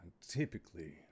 Typically